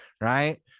right